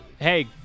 Hey